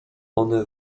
one